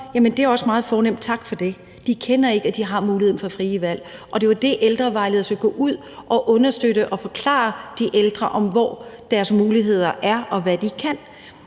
det er også meget fornemt; tak for det. De ved ikke, at de har muligheden for frie valg. Det er jo det, ældrevejledere skal gå ud og understøtte og forklare de ældre om, altså hvor deres muligheder er, og hvad de kan.